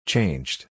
Changed